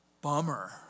Bummer